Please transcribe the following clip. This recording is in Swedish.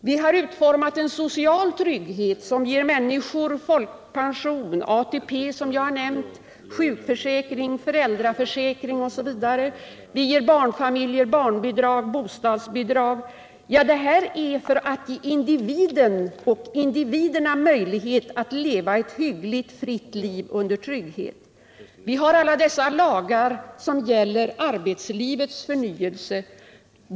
Vi har utformat en social trygghet som ger människor folkpension, ATP, sjukförsäkring, föräldraförsäkring osv. Vi ger barnfamiljer barnbidrag, bostadsbidrag. Ja, detta är för att ge individerna möjlighet att leva ett hyggligt, fritt liv under trygghet. Vi har alla dessa lagar som gäller arbetslivets förnyelse.